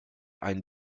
ein